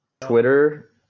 Twitter